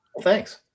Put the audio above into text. Thanks